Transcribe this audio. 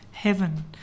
Heaven